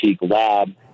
lab